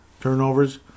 turnovers